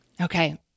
Okay